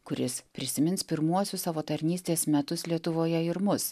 kuris prisimins pirmuosius savo tarnystės metus lietuvoje ir mus